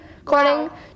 according